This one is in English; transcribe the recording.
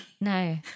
No